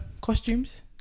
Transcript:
costumes